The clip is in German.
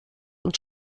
und